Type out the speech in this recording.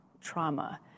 trauma